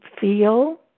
feel